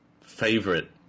favorite